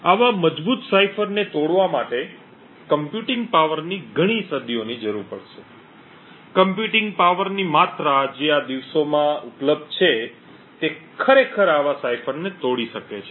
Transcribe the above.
આવા મજબૂત સાઇફરને તોડવા માટે કમ્પ્યુટિંગ પાવરની ઘણી સદીઓની જરૂર પડશે કમ્પ્યુટિંગ પાવરની માત્રા જે આ દિવસોમાં ઉપલબ્ધ છે તે ખરેખર આવા સાઇફરને તોડી શકે છે